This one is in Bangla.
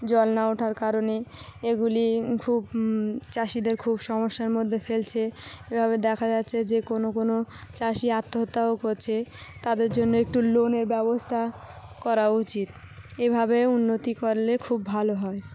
জল না ওঠার কারণে এগুলি খুব চাষিদের খুব সমস্যার মধ্যে ফেলছে এভাবে দেখা যাচ্ছে যে কোনো কোনো চাষি আত্মহত্যাও করছে তাদের জন্য একটু লোনের ব্যবস্থা করা উচিত এভাবে উন্নতি করলে খুব ভালো হয়